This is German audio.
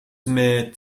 mit